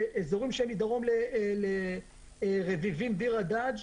באזורים שהם מדרום לרביבים, ביר הדאג'.